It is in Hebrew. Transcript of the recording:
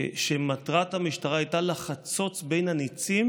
שמטרת המשטרה הייתה לחצוץ בין הניצים,